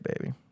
baby